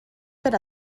per